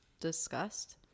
discussed